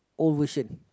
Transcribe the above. old version